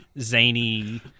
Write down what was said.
zany